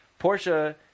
Porsche